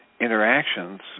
interactions